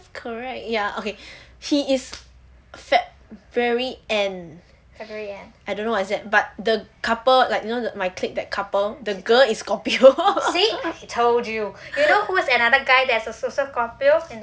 that's correct ya okay he is february end I don't know what is that but the couple like you know that my clique that couple the girl is scorpio